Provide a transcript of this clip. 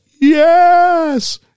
yes